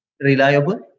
reliable